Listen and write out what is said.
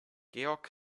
georg